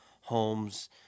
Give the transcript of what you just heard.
homes